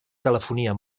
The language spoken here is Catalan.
telefonia